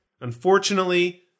Unfortunately